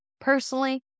Personally